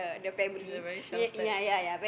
is a very sheltered